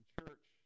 church